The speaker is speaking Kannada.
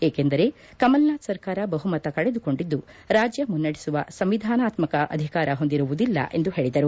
ಏಕೆಂದರೆ ಕಮಲ್ನಾಥ್ ಸರ್ಕಾರ ಬಹುಮತ ಕಳೆದುಕೊಂಡಿದ್ದು ರಾಜ್ಯ ಮುನ್ನಡೆಸುವ ಸಂವಿಧಾನಾತ್ಮಕ ಅಧಿಕಾರ ಹೊಂದಿರುವುದಿಲ್ಲ ಎಂದು ಹೇಳಿದರು